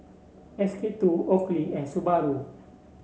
S K two Oakley and Subaru